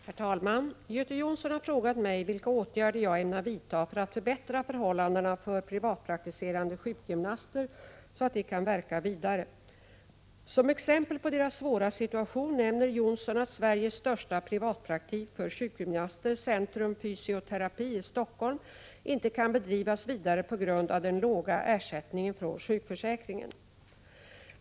Herr talman! Göte Jonsson har frågat mig vilka åtgärder jag ämnar vidta för att förbättra förhållandena för privatpraktiserande sjukgymnaster så att de kan verka vidare. Som exempel på deras svåra situation nämner Jonsson att Sveriges största privatpraktik för sjukgymnaster, Centrum Fysioterapi i Stockholm, inte kan drivas vidare på grund av den låga ersättningen från sjukförsäkringen.